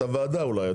את הוועדה אולי.